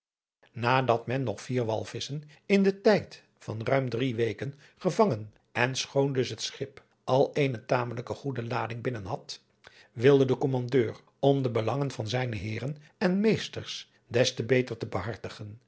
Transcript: nadat men nog vier walvisschen in den tijd van ruim drie weken gevangen en schoon dus het schip al eene tamelijke goede lading binnen had wilde de kommandeur om de belangen van zijne heeren en meesters des te beter te behartigen